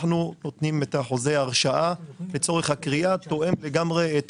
אנחנו נותנים את חוזה ההרשאה לצורך הכרייה שתואם לגמרי.